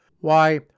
Why